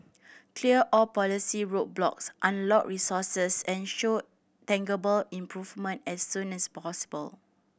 clear all policy roadblocks unlock resources and show tangible improvement as soon as possible